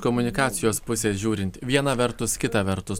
komunikacijos pusės žiūrint viena vertus kita vertus